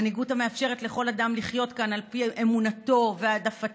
מנהיגות המאפשרת לכל אדם לחיות כאן על פי אמונתו והעדפתו,